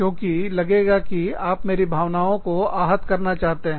मुझे लगेगा कि आप मेरी भावनाओं को आहत करना चाहते हैं